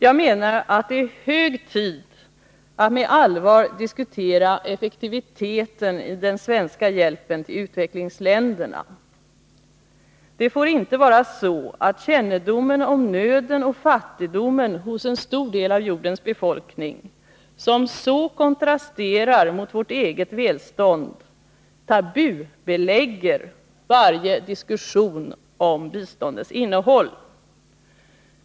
Jag menar att det är hög tid att med allvar diskutera effektiviteten i den svenska hjälpen till utvecklingsländerna. Det får inte vara så, att kännedomen om nöden och fattigdomen hos en stor del av jordens befolkning, som så kontrasterar mot vårt eget välstånd, tabubelägger varje diskussion om biståndets innehåll.